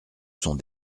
sont